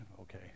okay